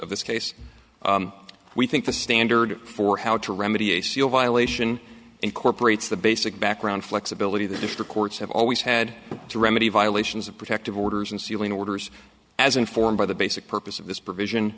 of this case we think the standard for how to remedy a seal violation incorporates the basic background flexibility that the courts have always had to remedy violations of protective orders and sealing orders as informed by the basic purpose of this provision